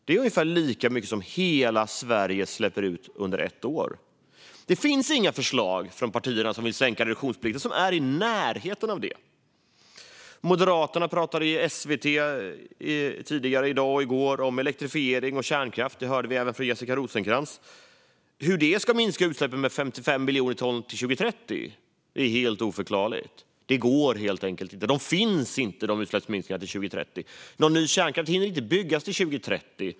Det är ungefär lika mycket som hela Sverige släpper ut under ett år. Det finns inga förslag från de partier som vill sänka reduktionsplikten som är i närheten av det. Moderaterna pratade i SVT tidigare i dag och i går om elektrifiering och kärnkraft; det hörde vi även från Jessica Rosencrantz. Hur det ska minska utsläppen med 55 miljoner ton till 2030 är helt oförklarligt. Det går helt enkelt inte. De utsläppsminskningarna till 2030 finns inte. Någon ny kärnkraft hinner heller inte byggas till 2030.